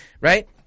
right